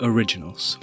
Originals